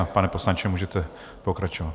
Pane poslanče, můžete pokračovat.